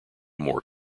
more